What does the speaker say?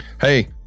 Hey